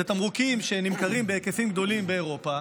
אלה תמרוקים שנמכרים בהיקפים גדולים באירופה.